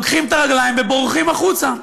האמת לוקחים את הרגליים ובורחים החוצה.